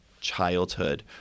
childhood